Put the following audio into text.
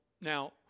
Now